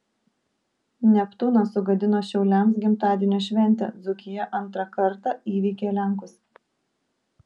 neptūnas sugadino šiauliams gimtadienio šventę dzūkija antrą kartą įveikė lenkus